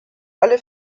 alle